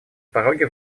пороге